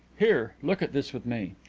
here, look at this with me.